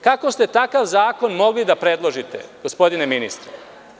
Kako ste takav zakon mogli da predložite, gospodine ministre?